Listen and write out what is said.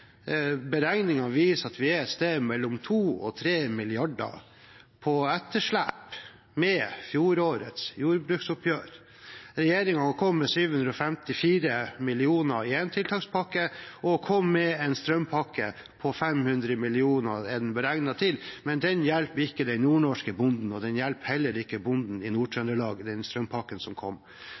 beregningene viser at vi har et etterslep på et sted mellom 2 og 3 mrd. kr etter fjorårets jordbruksoppgjør. Regjeringen kom med 754 mill. kr i en tiltakspakke, og man kom med en strømpakke på 500 mill. kr, som den er beregnet til. Men den hjelper ikke den nordnorske bonden, og den strømpakken som kom, hjelper heller ikke bonden i